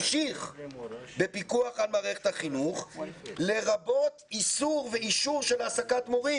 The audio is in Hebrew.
המשיך בפיקוח על מערכת החינוך לרבות איסור ואישור של העסקת מורים.